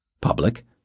public